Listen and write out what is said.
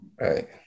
Right